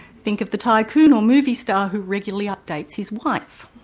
think of the tycoon or movie star who regularly updates his wife.